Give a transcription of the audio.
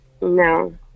no